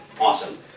Awesome